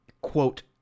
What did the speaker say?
quote